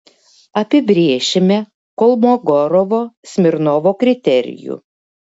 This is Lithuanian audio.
apibrėšime kolmogorovo smirnovo kriterijų